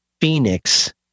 Phoenix